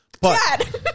Dad